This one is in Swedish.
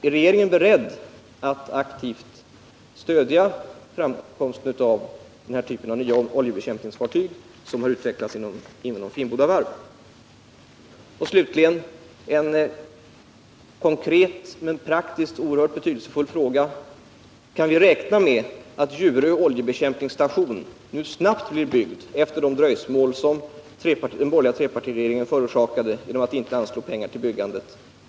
Är regeringen beredd att aktivt stödja framkomsten av den typ av nya oljebekämpningsfartyg som har utvecklats på Finnboda Varv? Slutligen vill jag ställa en konkret men praktiskt oerhört betydelsefull fråga: Kan vi räkna med att Djurö oljebekämpningsstation nu snabbt blir byggd efter de dröjsmål som den borgerliga trepartiregeringen förorsakade genom att inte anslå pengar till byggandet?